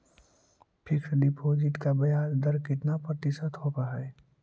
Fix deposit का ब्याज दर कितना प्रतिशत होब है?